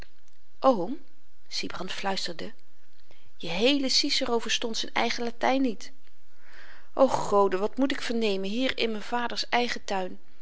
oom sybrand fluisterde je heele cicero verstond z'n eigen latyn niet o goden wat moet ik vernemen hier in m'n vaders eigen tuin